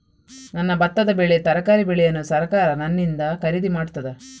ನನ್ನ ಭತ್ತದ ಬೆಳೆ, ತರಕಾರಿ ಬೆಳೆಯನ್ನು ಸರಕಾರ ನನ್ನಿಂದ ಖರೀದಿ ಮಾಡುತ್ತದಾ?